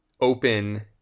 open